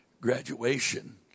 graduation